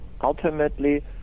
ultimately